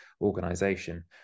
organization